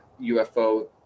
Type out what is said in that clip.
UFO